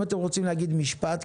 אם חברי הכנסת רוצים להגיד משפט,